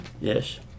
Yes